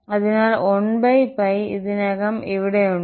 അതിനാൽ 1 ഇതിനകം ഇവിടെ ഉണ്ട്